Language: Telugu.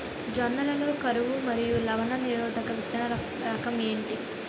జొన్న లలో కరువు మరియు లవణ నిరోధక విత్తన రకం ఏంటి?